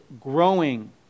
growing